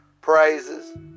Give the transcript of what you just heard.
Praises